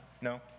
No